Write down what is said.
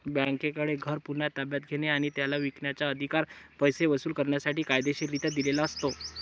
बँकेकडे घर पुन्हा ताब्यात घेणे आणि त्याला विकण्याचा, अधिकार पैसे वसूल करण्यासाठी कायदेशीररित्या दिलेला असतो